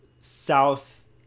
south